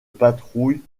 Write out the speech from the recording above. patrouille